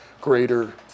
greater